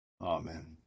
Amen